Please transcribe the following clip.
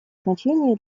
значение